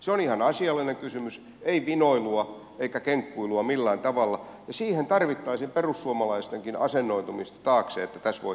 se on ihan asiallinen kysymys ei vinoilua eikä kenkkuilua millään tavalla ja siihen tarvittaisiin perussuomalaistenkin asennoitumista taakse että tässä voitaisiin toimia